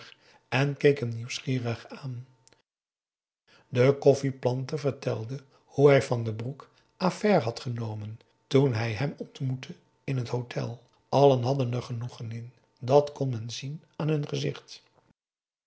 en keek hem nieuwsgierig aan de koffieplanter vertelde hoe hij van den broek à faire had genomen toen hij hem ontmoette in het hotel allen hadden er genoegen in dat kon men zien aan hun gezicht